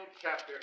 chapter